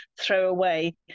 throwaway